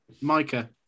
Micah